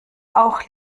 auch